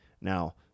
Now